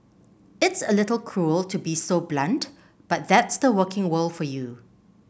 it's a little cruel to be so blunt but that's the working world for you